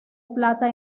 plata